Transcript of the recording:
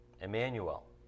Emmanuel